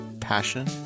passion